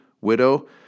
widow